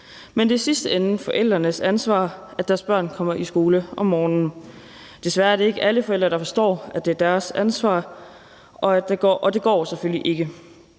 men det er i sidste ende forældrenes ansvar, at deres børn kommer i skole om morgenen. Desværre er det ikke alle forældre, der forstår, at det er deres ansvar, og det går selvfølgelig ikke.